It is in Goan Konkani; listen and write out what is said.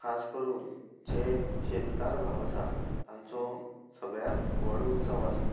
खास करून जे शेतकार भाव आसा तांचो सगळ्यांत व्हड उत्सव आसा